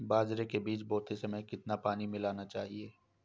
बाजरे के बीज बोते समय कितना पानी मिलाना चाहिए?